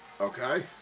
Okay